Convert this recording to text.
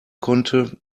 konnte